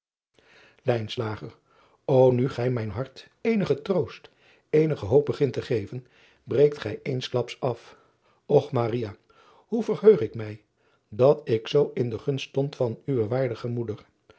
u gij mijn hart eenigen troost eenige hoop begint te geven breekt gij eensklaps af ch hoe verheug ik mij dat ik zoo in de gunst stond van uwe waardige moeder